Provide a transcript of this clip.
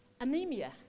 anemia